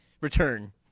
return